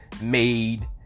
made